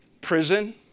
prison